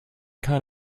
kind